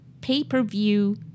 pay-per-view